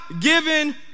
given